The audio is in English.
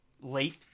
late